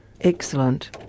Excellent